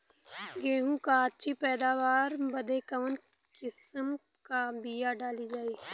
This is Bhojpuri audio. गेहूँ क अच्छी पैदावार बदे कवन किसीम क बिया डाली जाये?